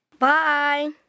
Bye